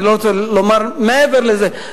ואני לא רוצה לומר מעבר לזה,